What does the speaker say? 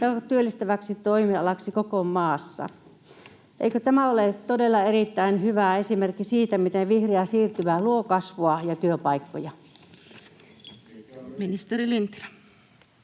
työllistäväksi toimialaksi koko maassa? Eikö tämä ole todella erittäin hyvä esimerkki siitä, miten vihreä siirtymä luo kasvua ja työpaikkoja? [Juha Mäenpää: